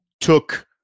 took